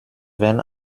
wenn